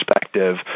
perspective